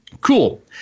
Cool